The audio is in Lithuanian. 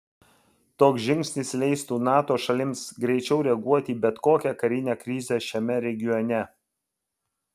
toks žingsnis leistų nato šalims greičiau reaguoti į bet kokią karinę krizę šiame regione